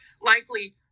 likely